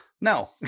no